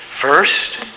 First